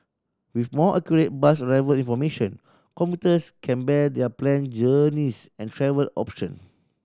with more accurate bus arrival information commuters can better their plan journeys and travel option